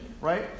right